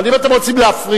אבל אם אתם רוצים להפריע,